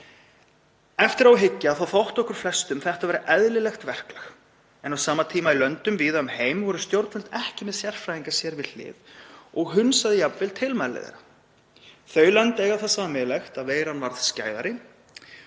Eftir á að hyggja þótti okkur flestum þetta eðlilegt verklag en á sama tíma í löndum víða um heim voru stjórnvöld ekki með sérfræðinga sér við hlið og hunsuðu jafnvel tilmæli þeirra. Þau lönd eiga það sameiginlegt að veiran varð skæðari